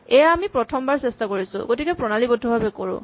এয়া আমি প্ৰথমবাৰ চেষ্টা কৰিছো গতিকে প্ৰণালীবদ্ধভাৱে কৰোঁ